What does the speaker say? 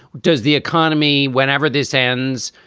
does the economy, whenever this ends,